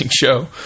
show